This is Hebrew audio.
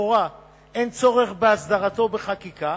שלכאורה אין צורך בהסדרתו בחקיקה,